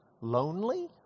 lonely